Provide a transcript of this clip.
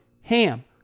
HAM